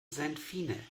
senfine